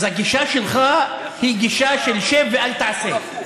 הגישה שלך היא גישה של שב ואל תעשה.